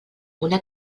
una